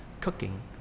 cooking